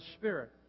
Spirit